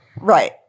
Right